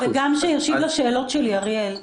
וגם לשאלות שלי.